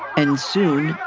and soon,